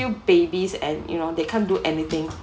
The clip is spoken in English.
babies and you know they can't do anything